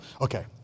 Okay